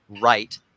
right